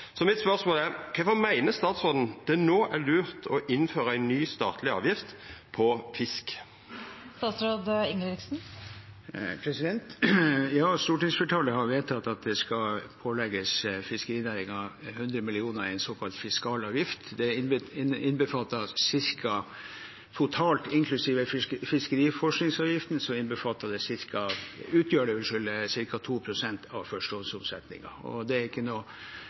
mitt er: Kvifor meiner statsråden det no er lurt å innføra ei ny statleg avgift på fisk? Ja, stortingsflertallet har vedtatt at fiskerinæringen skal pålegges 100 mill. kr i en såkalt fiskal avgift. Totalt, inklusiv fiskeriforskningsavgiften, utgjør det ca. 2 pst. av førstehåndsomsetningen. Det er